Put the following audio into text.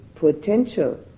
potential